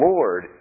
Lord